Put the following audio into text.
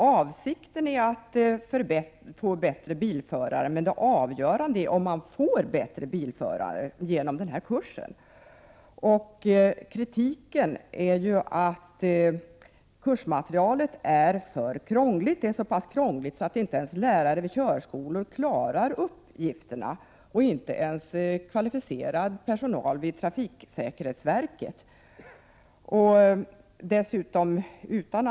Avsikten är att få bättre bilförare, men det avgörande är om man verkligen får bättre bilförare. Kritiken går ju ut på att kursmaterialet är för krångligt, det är så pass krångligt att inte ens lärare vid körskolor och kvalificerad personal vid trafiksäkerhetsverket klarar uppgifterna.